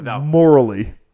morally